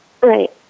Right